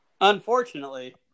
unfortunately